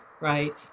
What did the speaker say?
Right